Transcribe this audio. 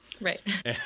Right